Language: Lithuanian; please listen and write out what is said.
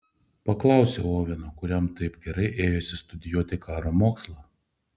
paklausiau oveno kuriam taip gerai ėjosi studijuoti karo mokslą